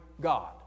God